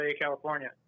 California